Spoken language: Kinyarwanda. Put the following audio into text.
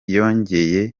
yongeye